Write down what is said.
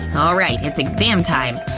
and alright! it's exam time!